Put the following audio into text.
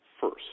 first